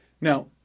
Now